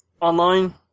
online